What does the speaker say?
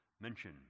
mention